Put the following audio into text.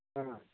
ஆ